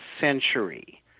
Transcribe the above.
century